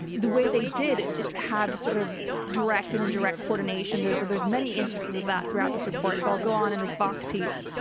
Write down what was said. the way they did have sort of direct and indirect coordination. there's where there's many instances of that throughout this report. so i'll go on in this vox piece.